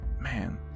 man